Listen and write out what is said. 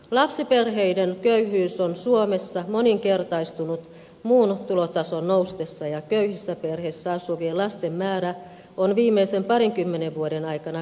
lapsiperheiden köyhyys on suomessa moninkertaistunut muun tulotason noustessa ja köyhissä perheissä asuvien lasten määrä on viimeisen parinkymmenen vuoden aikana kaksinkertaistunut